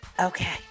Okay